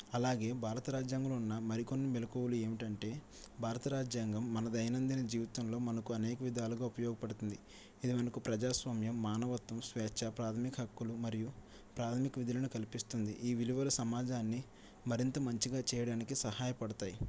అలాగే భారత రాజ్యాంగంలో ఉన్న మరికొన్ని మెలకువలు ఏమిటంటే భారత రాజ్యాంగం మన దైనందిన జీవితంలో మనకు అనేక విధాలుగా ఉపయోగపడుతుంది ఇది మనకు ప్రజాస్వామ్యం మానవత్వం స్వేచ్ఛ ప్రాథమిక హక్కులు మరియు ప్రాథమిక విధులను కల్పిస్తుంది ఈ విలువలు సమాజాన్ని మరింత మంచిగా చేయడానికి సహాయపడతాయి